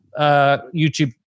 YouTube